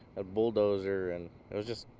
a bulldozer and it was just,